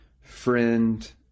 friend